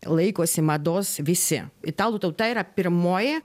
laikosi mados visi italų tauta yra pirmoji